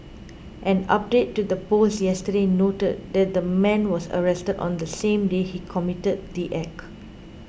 an update to the post yesterday noted that the man was arrested on the same day he committed the act